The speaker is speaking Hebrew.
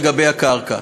לגבי הקרקע.